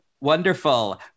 Wonderful